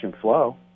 Flow